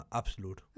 absolut